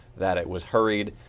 that it was hurd,